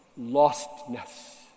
lostness